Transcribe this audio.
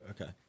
Okay